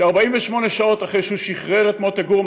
ש-48 שעות אחרי שהוא שחרר את מוטה גור,